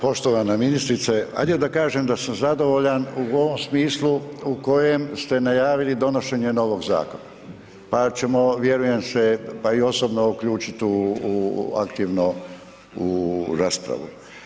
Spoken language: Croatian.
Poštovana ministrice, ajde da kažem da sam zadovoljan u ovom smislu u kojem ste najavili donošenje novog zakona pa ćemo vjerujem se, pa i osobno uključiti aktivno u raspravu.